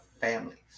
families